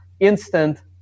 instant